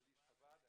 חב"ד.